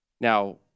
Now